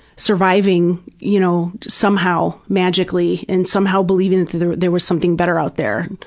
surviving you know somehow, magically and somehow believing there there was something better out there.